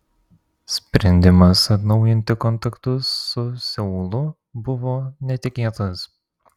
sprendimas atnaujinti kontaktus su seulu buvo netikėtas